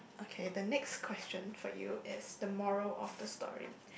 okay the question for you is the moral of the story